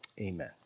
amen